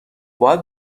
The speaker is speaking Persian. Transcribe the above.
باید